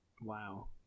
wow